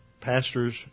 pastors